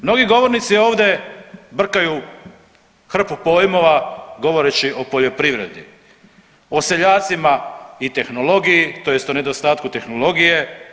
Mnogi govornici ovdje brkaju hrpu pojmova govoreći o poljoprivredi o seljacima i tehnologiji, tj. o nedostatku tehnologije.